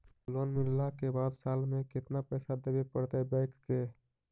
Loan मिलला के बाद साल में केतना पैसा देबे पड़तै बैक के?